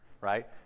right